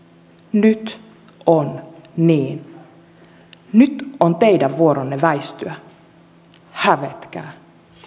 nyt on niin nyt on teidän vuoronne väistyä hävetkää